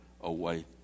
away